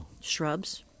Shrubs